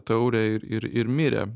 taurę ir ir ir mirė